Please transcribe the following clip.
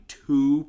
two